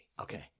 Okay